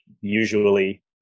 usually